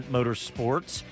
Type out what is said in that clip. Motorsports